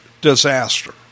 disaster